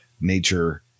nature